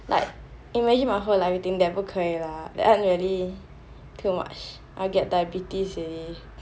like imagine my whole everything eating that like 不可以 lah that one really too much I'll get diabetes already